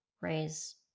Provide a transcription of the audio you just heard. raise